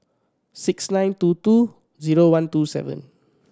six nine two two zero one two seven